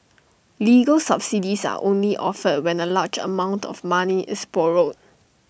legal subsidies are only offered when A large amount of money is borrowed